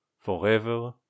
forever